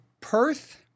Perth